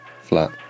flat